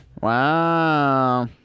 Wow